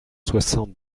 soixante